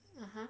(uh huh)